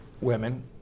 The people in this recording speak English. women